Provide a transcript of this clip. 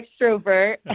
extrovert